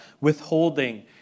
withholding